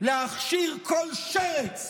להכשיר כל שרץ